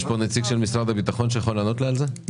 יש פה נציג של משרד הביטחון שיכול לענות על זה?